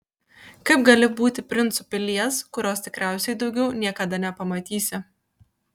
kaip gali būti princu pilies kurios tikriausiai daugiau niekada nepamatysi